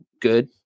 good